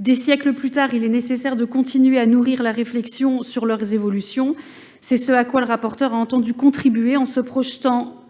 Des siècles plus tard, il est nécessaire de continuer à nourrir la réflexion sur leur évolution, ce à quoi le rapporteur a entendu contribuer en se projetant